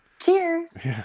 cheers